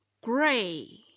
gray